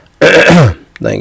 thank